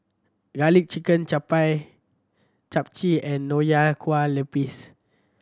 Garlic Chicken chap Chap Chai and Nonya Kueh Lapis